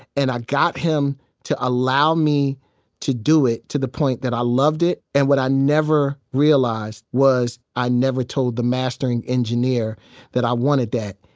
and i got him to allow me to do it to the point that i loved it, and what i never realized was i never told the mastering engineer that i wanted that.